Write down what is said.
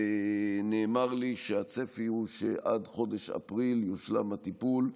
נאמר לי שהצפי הוא שעד חודש אפריל יושלם הטיפול,